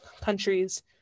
countries